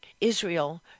Israel